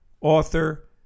author